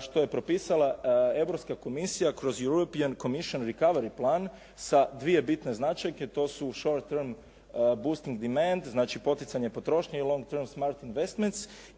što je propisala Europska komisija kroz Europian Komisian Recovary plan sa dvije bitne značajke, to su …/Govornik se ne razumije./… dimend, znači poticanje potrošnje i long term smart investments,